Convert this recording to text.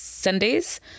Sundays